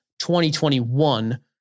2021